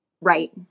Right